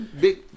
big